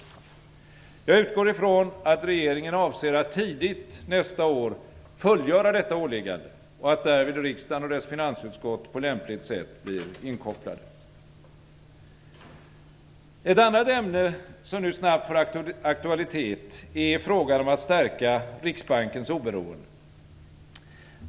Jag utgår ifrån att regeringen avser att tidigt nästa år fullgöra detta åliggande och att därvid riksdagen och dess finansutskott på lämpligt sätt blir inkopplade. Ett annat ämne, som nu snabbt får aktualitet, är frågan om att stärka Riksbankens oberoende.